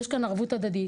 יש כאן ערבות הדדית